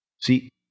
See